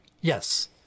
Yes